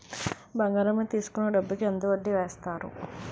బంగారం మీద తీసుకున్న డబ్బు కి ఎంత వడ్డీ వేస్తారు?